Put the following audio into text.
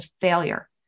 failure